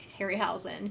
Harryhausen